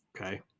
okay